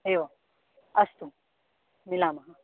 एवम् अस्तु मिलामः